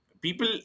People